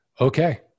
Okay